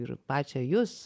ir pačią jus